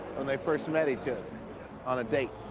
and they first met each other on a date.